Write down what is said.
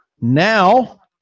now